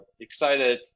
excited